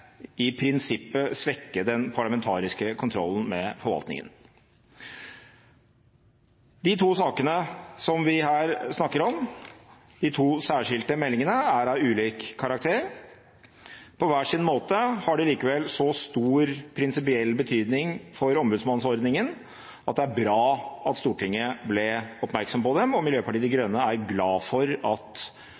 i prinsippet svekke den parlamentariske kontrollen med forvaltningen. De to sakene som vi her snakker om, de to særskilte meldingene, er av ulik karakter. På hver sin måte har de likevel så stor prinsipiell betydning for ombudsmannsordningen at det er bra at Stortinget ble oppmerksom på dem, og Miljøpartiet De Grønne er glad for at